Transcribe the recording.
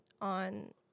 on